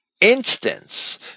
instance